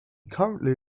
currently